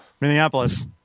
Minneapolis